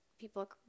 people